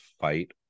fight